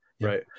right